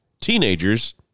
teenagers